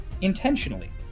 intentionally